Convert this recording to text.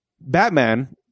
Batman